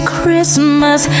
Christmas